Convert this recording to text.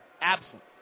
absent